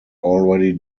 already